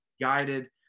guided